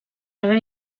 haver